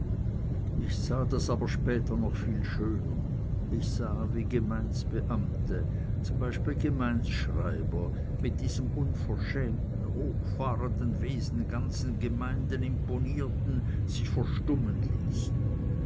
ich sah das aber später noch viel schöner ich sah wie gemeindsbeamtete zum beispiel gemeindsschreiber mit diesem unverschämten hochfahrenden wesen ganzen gemeinden imponierten sie verstummen ließen